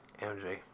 MJ